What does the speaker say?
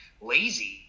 lazy